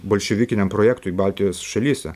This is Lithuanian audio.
bolševikiniam projektui baltijos šalyse